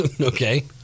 Okay